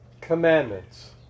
commandments